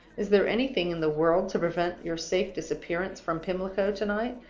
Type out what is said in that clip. is there anything in the world to prevent your safe disappearance from pimlico to-night,